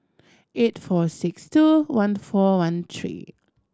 eight four six two one four one three